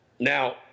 Now